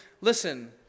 listen